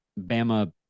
Bama